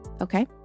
Okay